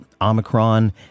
Omicron